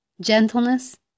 Gentleness